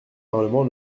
parlement